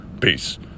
peace